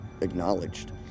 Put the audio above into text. acknowledged